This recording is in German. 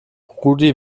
rudi